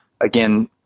again